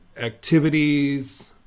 activities